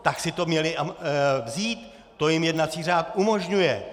Tak si to měli vzít, to jim jednací řád umožňuje!